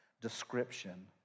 description